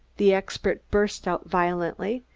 the expert burst out violently.